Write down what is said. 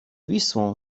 wisłą